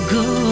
go